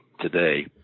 today